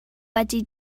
wedi